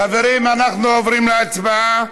חברים, אנחנו עוברים להצבעה.